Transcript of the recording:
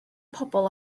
pobl